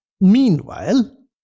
Meanwhile